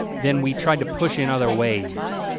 then we tried to push in other ways.